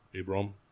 Abram